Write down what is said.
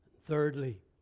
Thirdly